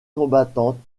combattantes